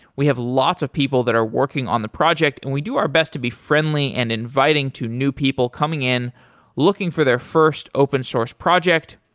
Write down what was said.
we have lots of people that are working on the project and we do our best to be friendly and inviting to new people coming in looking for their first open-source project,